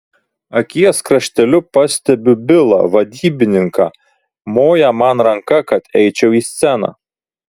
akies krašteliu pastebiu bilą vadybininką moja man ranka kad eičiau į sceną